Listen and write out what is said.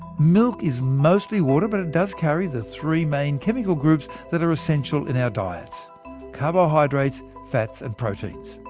milk is mostly water, but it does carry the three main chemical groups that are essential in our diets carbohydrates, fats and proteins.